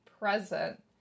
present